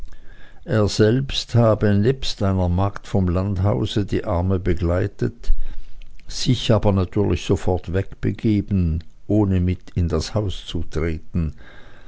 er selbst habe nebst einer magd vom landhause die arme begleitet sich aber natürlich sofort wegbegeben ohne mit in das haus zu treten